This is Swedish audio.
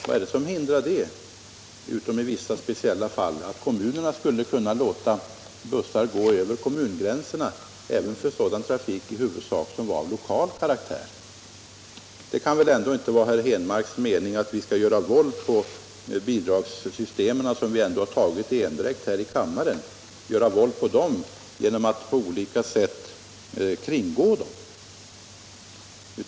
Vad är det som hindrar, utom i speciella fall, att kommunerna skulle kunna låta bussar gå över kommungränserna även för sådan trafik som i huvudsak var av lokal karaktär? Det kan väl inte vara herr Henmarks mening att vi skall göra våld 121 på de bidragssystem, som vi har beslutat i endräkt här i kammaren, genom att på olika sätt kringgå dem.